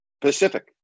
Pacific